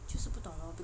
就是不懂 lor